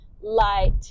light